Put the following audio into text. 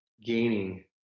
gaining